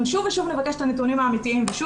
אנחנו שוב ושוב נבקש את הנתונים האמיתיים ושוב